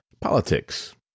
Politics